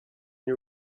you